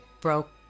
broke